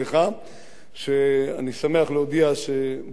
אני שמח להודיע שבישיבות חוזרות ונשנות,